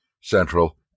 Central